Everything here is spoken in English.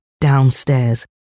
downstairs